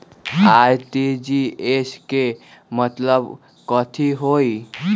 RTGS के मतलब कथी होइ?